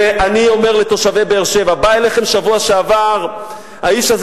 ואני אומר לתושבי באר-שבע: בא אליכם בשבוע שעבר האיש הזה